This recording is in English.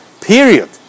period